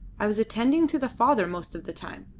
i was attending to the father most of the time.